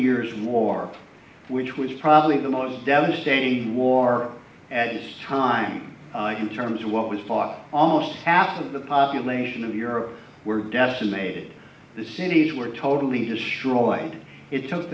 years war which was probably the most devastating war at this time in terms of what was fought almost half of the population of europe were decimated the cities were totally destroyed it took